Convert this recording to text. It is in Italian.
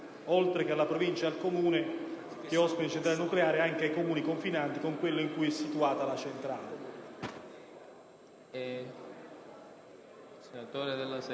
oltre che alla Provincia e al Comune che ospitano la centrale nucleare, anche ai Comuni confinanti con quello in cui è situata la centrale,